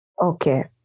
Okay